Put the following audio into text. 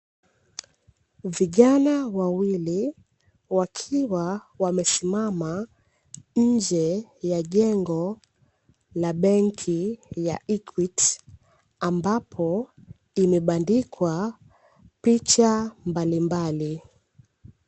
Vijana wawili wakiwa wamesimama nje ya jengo la benki ya (EQUITY) ambapo imebandikwa picha mbalimbali.